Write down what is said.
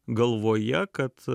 galvoje kad